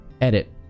Edit